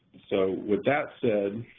so, with that said,